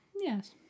yes